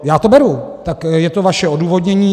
Já to beru, je to vaše odůvodnění.